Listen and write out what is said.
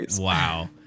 Wow